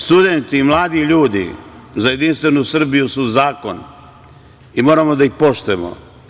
Studenti, mladi ljudi za Jedinstvenu Srbiju su zakon i moramo da ih poštujemo.